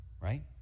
Right